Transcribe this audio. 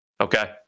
okay